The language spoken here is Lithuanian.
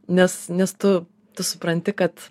nes nes tu tu supranti kad